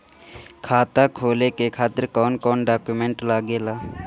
खाता खोले के खातिर कौन कौन डॉक्यूमेंट लागेला?